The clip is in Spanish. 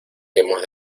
hemos